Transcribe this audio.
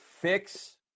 fix